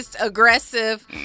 aggressive